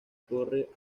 torre